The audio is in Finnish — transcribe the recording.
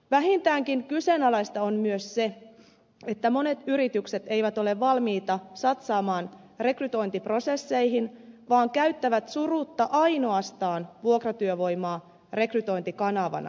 vähintäänkin kyseenalaista on myös se että monet yritykset eivät ole valmiita satsaamaan rekrytointiprosesseihin vaan käyttävät surutta ainoastaan vuokratyövoimaa rekrytointikanavana